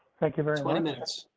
thank you very twenty minutes.